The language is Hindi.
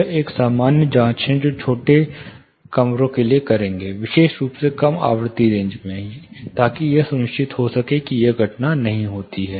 यह एक सामान्य जांच है जो लोग छोटे कमरों के लिए करेंगे विशेष रूप से कम आवृत्ति रेंज में ताकि यह सुनिश्चित हो सके कि यह घटना नहीं होती है